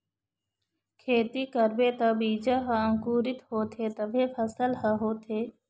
खेती करबे त बीजा ह अंकुरित होथे तभे फसल ह होथे